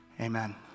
amen